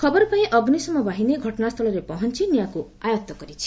ଖବର ପାଇ ଅଗ୍ରିଶମ ବାହିନୀ ଘଟଣାସ୍କଳରେ ପହଞ୍ ନିଆଁକୁ ଆୟତ୍ତ କରିଛି